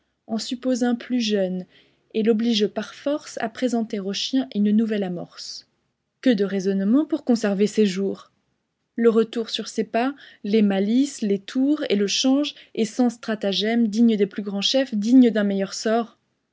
en suppose un plus jeune et l'oblige par force à présenter aux chiens une nouvelle amorce que de raisonnements pour conserver ses jours le retour sur ses pas les malices les tours et le change et cent stratagèmes dignes des plus grands chefs dignes d'un meilleur sort